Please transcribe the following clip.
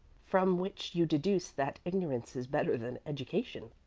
from which you deduce that ignorance is better than education?